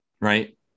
right